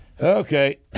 Okay